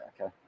okay